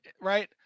Right